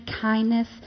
kindness